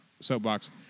soapbox